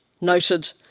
noted